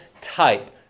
type